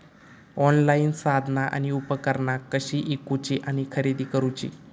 Online साधना आणि उपकरणा कशी ईकूची आणि खरेदी करुची?